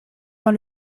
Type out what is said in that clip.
dans